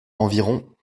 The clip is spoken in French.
environ